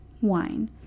wine